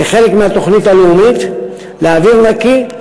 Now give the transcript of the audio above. כחלק מהתוכנית הלאומית לאוויר נקי.